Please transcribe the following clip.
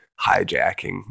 hijacking